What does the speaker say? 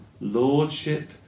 lordship